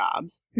jobs